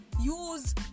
Use